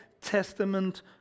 Testament